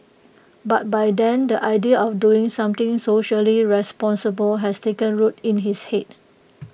but by then the idea of doing something socially responsible had taken root in his Head